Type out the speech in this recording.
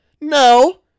No